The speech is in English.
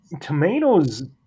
tomatoes